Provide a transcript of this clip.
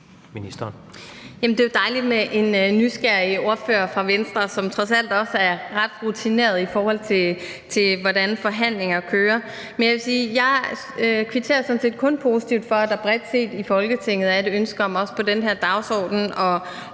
det er jo dejligt med en nysgerrig ordfører fra Venstre, som trods alt også er ret rutineret, i forhold til hvordan forhandlinger kører. Men jeg vil sige, at jeg sådan set kun kvitterer positivt for, at der bredt set i Folketinget er et ønske om, også i forhold til den her dagsorden, at